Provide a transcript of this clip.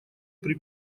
при